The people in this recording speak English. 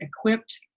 equipped